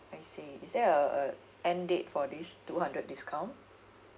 I see is there uh uh end date for these two hundred discount